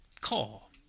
Call